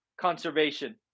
conservation